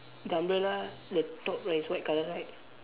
the umbrella the top is white colour right